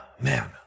man